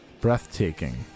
breathtaking